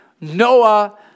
Noah